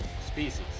species